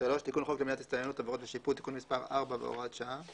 תיקון חוק למניעת הסתננות (עבירות ושיפוט) (תיקון מס' 4 והוראת שעה)